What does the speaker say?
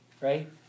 right